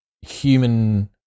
human